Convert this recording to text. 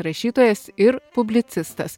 rašytojas ir publicistas